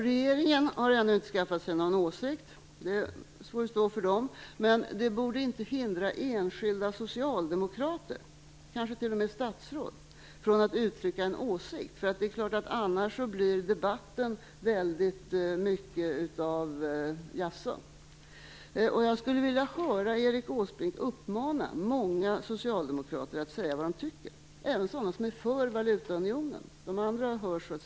Regeringen har ännu inte skaffat sig någon åsikt - och det får den stå för - men det borde inte hindra enskilda socialdemokrater, kanske t.o.m. statsråd, från att uttrycka en åsikt. Annars blir debatten väldigt mycket av ett jaså. Jag skulle vilja höra Erik Åsbrink uppmana många socialdemokrater att säga vad de tycker, även sådana som är för valutaunionen. De andra hörs ändå.